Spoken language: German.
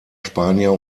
spanier